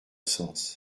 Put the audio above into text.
sens